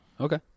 okay